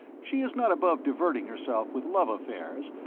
she is not above diverting herself with love affairs,